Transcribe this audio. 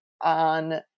on